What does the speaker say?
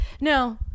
no